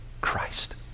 Christ